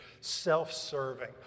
self-serving